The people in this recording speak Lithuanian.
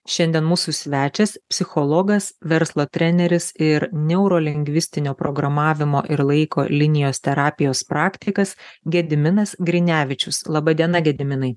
šiandien mūsų svečias psichologas verslo treneris ir niaurolingvistinio programavimo ir laiko linijos terapijos praktikas gediminas grinevičius laba diena gediminai